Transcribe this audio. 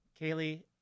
Kaylee